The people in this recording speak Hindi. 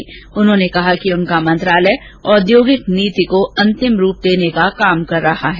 वाणिज्य मंत्री ने कहा कि उनका मंत्रालय औद्योगिक नीति को अंतिम रूप देने का काम कर रहा है